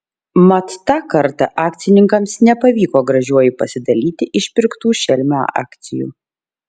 mat tą kartą akcininkams nepavyko gražiuoju pasidalyti išpirktų šelmio akcijų